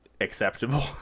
acceptable